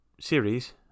series